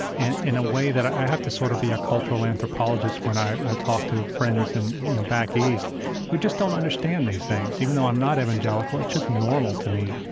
and in a way that i have to sort of be a cultural anthropologist when i i talk to friends and back east who just don't understand these things. even though i'm not evangelical, it's just normal to me.